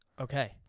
Okay